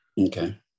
okay